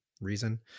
reason